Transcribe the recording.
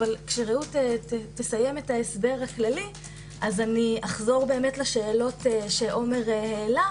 אבל כשרעות תסיים את ההסבר הכללי אחזור לשאלות שעומר העלה.